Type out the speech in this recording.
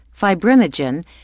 fibrinogen